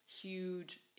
Huge